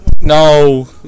No